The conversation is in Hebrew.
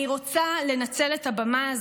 אני רוצה לנצל את הבמה הזו,